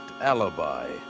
Alibi